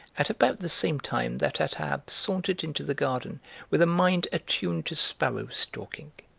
at about the same time that attab sauntered into the garden with a mind attuned to sparrow stalking.